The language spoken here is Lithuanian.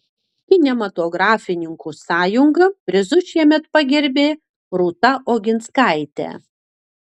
kinematografininkų sąjunga prizu šiemet pagerbė rūta oginskaitę